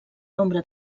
nombre